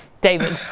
david